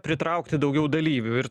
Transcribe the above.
pritraukti daugiau dalyvių ir